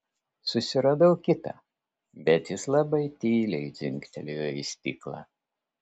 susiradau kitą bet jis labai tyliai dzingtelėjo į stiklą